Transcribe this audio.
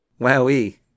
Wowee